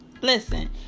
Listen